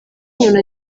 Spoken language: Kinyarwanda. umuntu